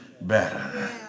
better